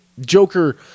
Joker